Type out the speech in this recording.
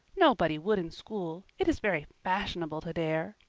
nobody would in school. it is very fashionable to dare.